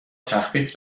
تخفیف